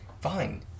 fine